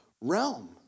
realm